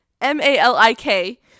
m-a-l-i-k